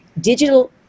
digital